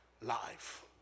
life